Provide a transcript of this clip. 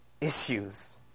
issues